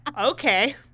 okay